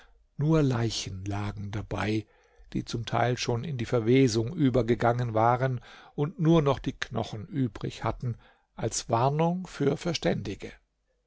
nur leichen lagen dabei die zum teil schon in verwesung übergegangen waren und nur noch die knochen übrig hatten als warnung für verständige